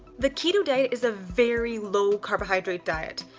the keto diet is a very low carbohydrate diet.